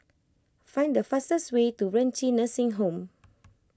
find the fastest way to Renci Nursing Home